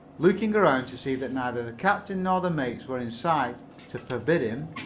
looking around to see that neither the captain nor the mates were in sight to forbid him,